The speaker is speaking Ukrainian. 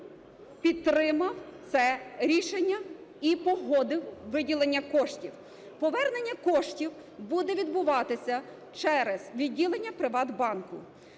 підтримав це рішення і погодив виділення коштів. Повернення коштів буде відбуватися через відділення "ПриватБанку".